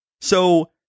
So-